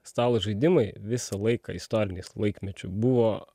stalo žaidimai visą laiką istoriniais laikmečiu buvo